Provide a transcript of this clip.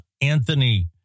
Anthony